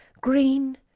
green